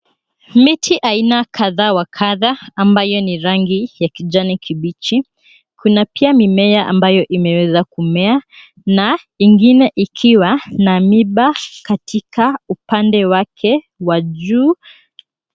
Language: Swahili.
Miti aina kadha wa kadha ambayo ni rangi ya kijani kibichi. Kuna pia mimea ambayo imeweza kumea na ingine ikiwa na miiba katika upande wake wa juu.